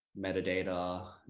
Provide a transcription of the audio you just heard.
metadata